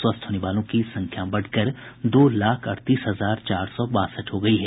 स्वस्थ होने वालों की संख्या बढ़कर दो लाख अड़तीस हजार चार सौ बासठ हो गयी है